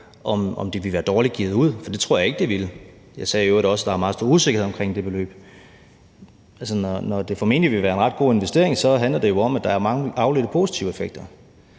om de ville være dårligt givet ud, for det tror jeg ikke de ville. Jeg sagde i øvrigt også, at der er meget stor usikkerhed omkring det beløb. Altså, når det formentlig vil være en ret god investering, handler det jo om, at der er mange positive afledte